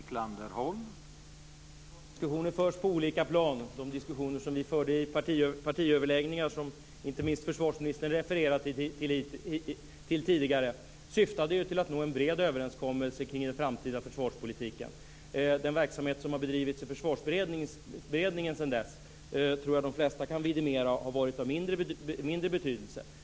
Herr talman! Försvarsdiskussionen förs på olika plan. De diskussioner som vi förde i partiöverläggningar, som inte minst försvarsministern refererade till tidigare, syftade ju till att nå en bred överenskommelse kring den framtida försvarspolitiken. Jag tror att de flesta kan vidimera att den verksamhet som har bedrivits i Försvarsberedningen sedan dess har varit av mindre betydelse.